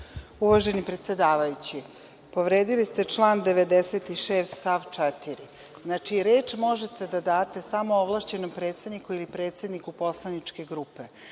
Uvaženi predsedavajući, povredili ste član 96. stav 4. Znači, reč možete da date samo ovlašćenom predstavniku ili predsedniku poslaničke grupe,